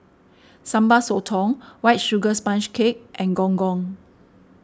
Sambal Sotong White Sugar Sponge Cake and Gong Gong